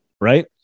right